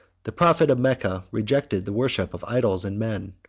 the prophet of mecca rejected the worship of idols and men,